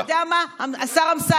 זהו.